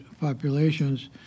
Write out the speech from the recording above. populations